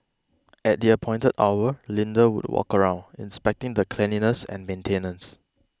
at the appointed hour Linda would walk around inspecting the cleanliness and maintenance